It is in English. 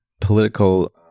political